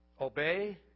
Obey